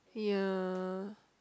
ya